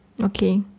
Okay